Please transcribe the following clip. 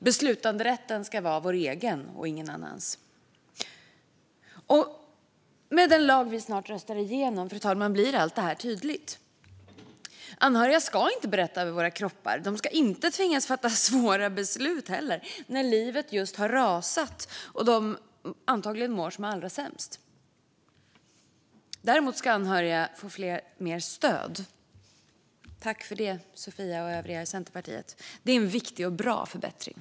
Beslutanderätten ska vara vår egen och ingen annans. Med den lag vi snart röstar igenom, fru talman, blir allt det här tydligt. Anhöriga ska inte bestämma över våra kroppar. De ska inte heller tvingas fatta svåra beslut när livet just har rasat och de antagligen mår som allra sämst. Däremot ska anhöriga få mer stöd. Tack för det, Sofia och övriga i Centerpartiet! Det är en viktig och bra förbättring.